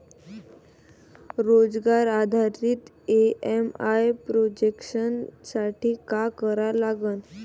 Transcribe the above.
रोजगार आधारित EMI projection साठी का करा लागन?